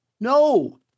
no